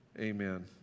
Amen